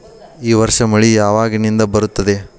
ಈ ವರ್ಷ ಮಳಿ ಯಾವಾಗಿನಿಂದ ಬರುತ್ತದೆ?